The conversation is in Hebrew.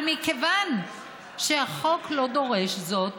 אבל, מכיוון שהחוק לא דורש זאת,